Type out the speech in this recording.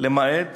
למעט